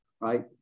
right